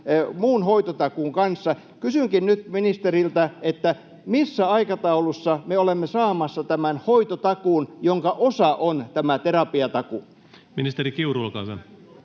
muun hoitotakuun yhteyteen. Kysynkin nyt ministeriltä: missä aikataulussa me olemme saamassa tämän hoitotakuun, jonka osa on tämä terapiatakuu? [Speech 87] Speaker: